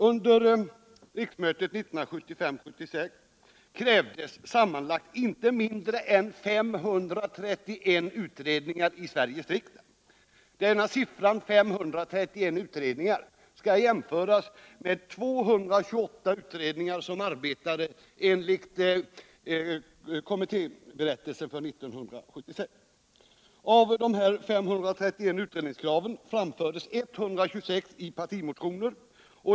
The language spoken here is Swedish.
Under riksmötet 1975/76 krävdes sammanlagt inte mindre än 531 utredningar i Sveriges riksdag. Den siffran skall jämföras med det antal utredningar som arbetade enligt kommittéberättelsen för 1976, nämligen 228. Av dessa 531 utredningskrav framfördes 126 i partimotioner.